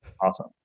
Awesome